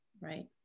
Right